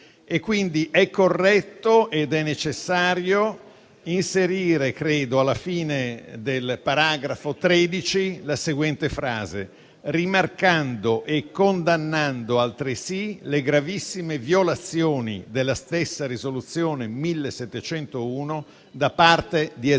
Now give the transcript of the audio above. quindi che sia corretto e necessario inserire, alla fine del paragrafo 13, la seguente frase: «rimarcando e condannando altresì le gravissime violazioni della stessa risoluzione n. 1701 da parte di Hezbollah».